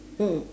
mm